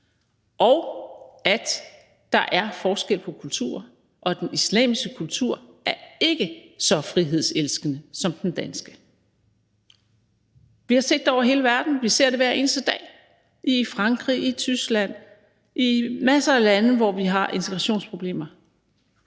at der er forskel på kulturer, og at den islamiske kultur ikke er så frihedselskende som den danske. Kl. 20:34 Vi har set det over hele verden, vi ser det hver eneste dag – i Frankrig, i Tyskland, i masser af lande, hvor man har integrationsproblemer.